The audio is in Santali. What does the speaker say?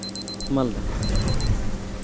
ᱢᱟᱞᱫᱟ